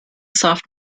soft